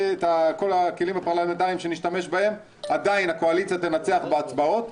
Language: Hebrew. בכל הכלים הפרלמנטריים עדיין הקואליציה תנצח בהצבעות.